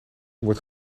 word